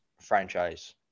franchise